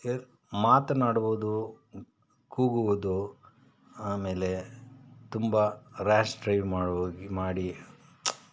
ಯ್ ಮಾತನಾಡುವುದು ಕೂಗುವುದು ಆಮೇಲೆ ತುಂಬ ರ್ಯಾಷ್ ಡ್ರೈವ್ ಮಾಡೋ ಹೋಗಿ ಮಾಡಿ